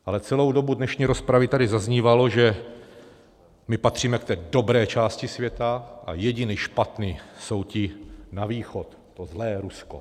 Ale celou dobu dnešní rozpravy tady zaznívalo, že my patříme k té dobré části světa a jediní špatní jsou ti na východ, to zlé Rusko.